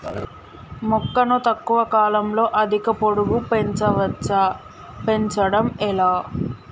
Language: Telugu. మొక్కను తక్కువ కాలంలో అధిక పొడుగు పెంచవచ్చా పెంచడం ఎలా?